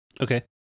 Okay